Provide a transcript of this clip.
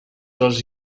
els